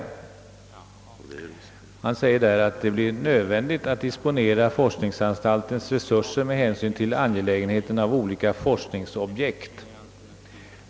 Försvarsministern säger i det sammanhanget: »Det blir därför nödvändigt att disponera forskningsanstaltens resurser med hänsyn till angelägenheten av olika forskningsobjekt.